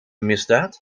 misdaad